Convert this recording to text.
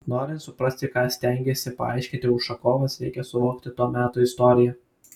norint suprasti ką stengėsi paaiškinti ušakovas reikia suvokti to meto istoriją